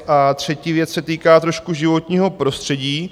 A třetí věc se týká trošku životního prostředí.